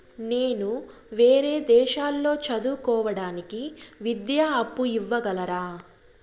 నేను వేరే దేశాల్లో చదువు కోవడానికి విద్యా అప్పు ఇవ్వగలరా?